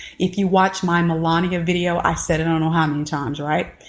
if you watch my milania video i said it on time's right